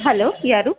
hello ಯಾರು